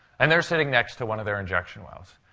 and they're sitting next to one of their injection wells.